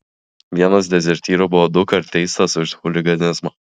vienas dezertyrų buvo dukart teistas už chuliganizmą